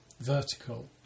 Vertical